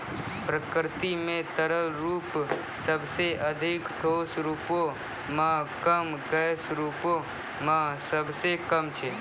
प्रकृति म तरल रूप सबसें अधिक, ठोस रूपो म कम, गैस रूपो म सबसे कम छै